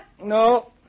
No